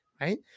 right